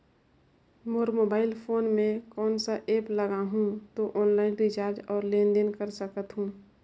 मोर mobile phone मे कोन सा एप्प लगा हूं तो ऑनलाइन रिचार्ज और लेन देन कर सकत हू?